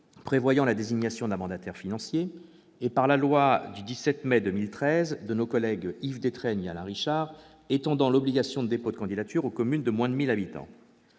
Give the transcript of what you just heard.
prévoyant la désignation d'un mandataire financier et par la loi du 17 mai 2013, de nos collègues Yves Détraigne et Alain Richard, étendant l'obligation de dépôt de candidature aux communes de moins de 1 000 habitants.